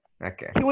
Okay